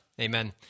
amen